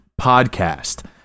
podcast